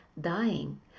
dying